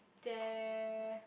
there